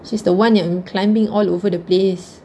she's the one yang climbing all over the place